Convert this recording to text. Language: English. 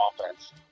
offense